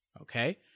okay